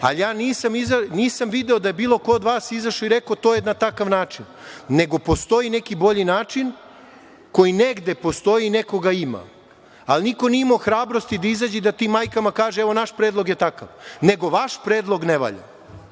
ali ja nisam video da je bilo kod od vas izašao i rekao – to je na takav način, nego postoji neki bolji način koji negde postoji i neko ga ima, ali niko nije imao hrabrosti da izađe i da tim majkama kaže – evo, naš predlog je takav, nego vaš predlog ne valja. Danas